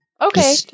Okay